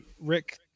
rick